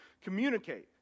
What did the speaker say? communicate